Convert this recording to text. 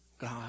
God